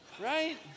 Right